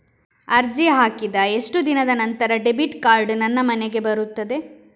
ಅರ್ಜಿ ಹಾಕಿದ ಎಷ್ಟು ದಿನದ ನಂತರ ಡೆಬಿಟ್ ಕಾರ್ಡ್ ನನ್ನ ಮನೆಗೆ ಬರುತ್ತದೆ?